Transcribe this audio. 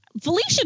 Felicia